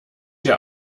der